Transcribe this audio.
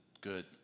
good